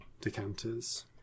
decanters